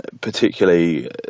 Particularly